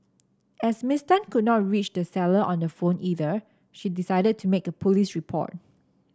as Miss Tan could not reach the seller on the phone either she decided to make a police report